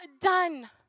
done